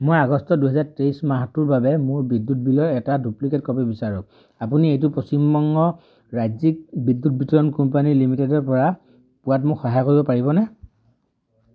মই আগষ্ট দুহেজাৰ তেইছ মাহটোৰ বাবে মোৰ বিদ্যুৎ বিলৰ এটা ডুপ্লিকেট কপি বিচাৰোঁ আপুনি এইটো পশ্চিম বংগ ৰাজ্যিক বিদ্যুৎ বিতৰণ কোম্পানী লিমিটেডৰপৰা পোৱাত মোক সহায় কৰিব পাৰিবনে